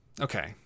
Okay